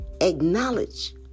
acknowledge